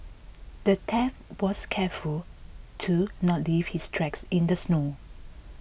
the thief was careful to not leave his tracks in the snow